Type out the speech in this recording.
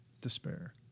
despair